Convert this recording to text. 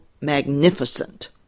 magnificent